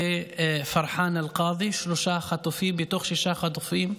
ופרחאן אלקאדי, שלושה חטופים מתוך שישה חטופים,